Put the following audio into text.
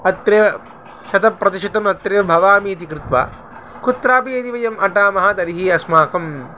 अत्र शतप्रतिशतमत्र भवामि इति कृत्वा कुत्रापि यदि वयं अटामः तर्हि अस्माकम्